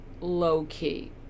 low-key